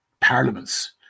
parliaments